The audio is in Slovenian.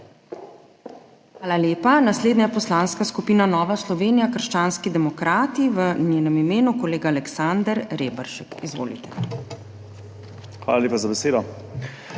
Hvala lepa. Naslednja je Poslanska skupina Nova Slovenija – krščanski demokrati, v njenem imenu kolega Aleksander Reberšek. Izvolite. ALEKSANDER REBERŠEK